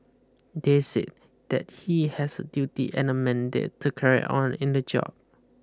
they said that he has a duty and a mandate to carry on in the job